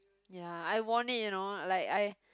ya I won it you know like I